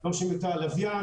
לא משלמים יותר על לוויין,